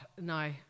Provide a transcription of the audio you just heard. No